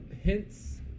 hints